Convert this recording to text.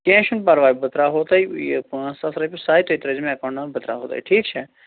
کیٚنٛہہ چھُ پرواے بہٕ ترٛاوہو تۄہہِ یہِ پانٛژھ ساس رۄیہِ سےَ تُہۍ ترٛٲوزیٚو مےٚ ایکاوُنٛٹ نَمبر بہٕ ترٛاوہو تۄہہِ ٹھیٖک چھا